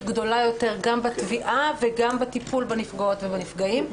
גדולה יותר גם בתביעה וגם בטיפול בנפגעות ובנפגעים.